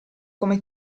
come